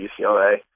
UCLA